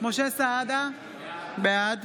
משה סעדה, בעד